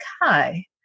hi